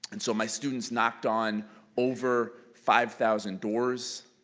and so my students knocked on over five thousand doors.